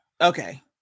Okay